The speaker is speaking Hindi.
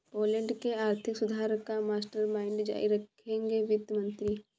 पोलैंड के आर्थिक सुधार का मास्टरमाइंड जारी रखेंगे वित्त मंत्री